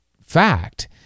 fact